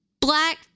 black